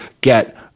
get